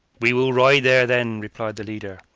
we will ride there, then, replied the leader.